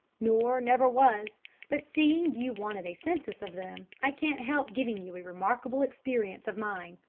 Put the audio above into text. nor never was but seeing you wanted a census of them, i can't help giving you a remarkable experience of mine.